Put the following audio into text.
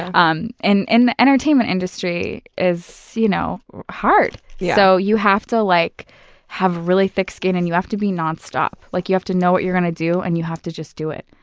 um and and the entertainment industry is so you know hard. you so you have to like have really thick skin, and you have to be non-stop. like you have to know what you're gonna do, and you have to just do it.